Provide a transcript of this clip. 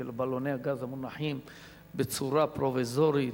של בלוני הגז המונחים בצורה פרוביזורית,